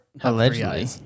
allegedly